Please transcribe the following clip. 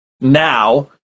now